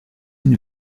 une